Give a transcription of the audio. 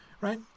right